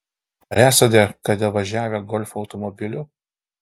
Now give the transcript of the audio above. ar esate kada važiavę golfo automobiliu